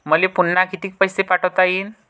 मले पुन्हा कितीक पैसे ठेवता येईन?